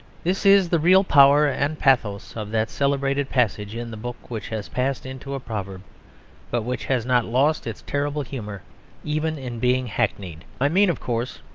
this is the real power and pathos of that celebrated passage in the book which has passed into a proverb but which has not lost its terrible humour even in being hackneyed. i mean, of course,